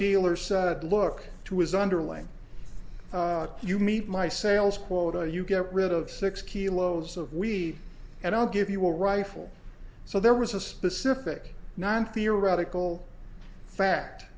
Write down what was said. dealer said look to his underling you meet my sales quota you get rid of six kilos of we and i'll give you a rifle so there was a specific non theoretical fact